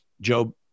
Job